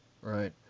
Right